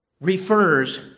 refers